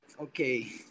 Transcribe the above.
Okay